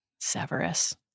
Severus